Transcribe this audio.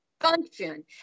function